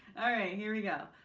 alright. here we go.